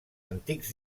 antics